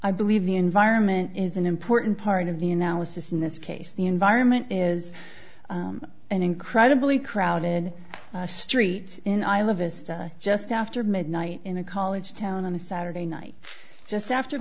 i believe the environment is an important part of the analysis in this case the environment is an incredibly crowded street in i love this just after midnight in a college town on a saturday night just after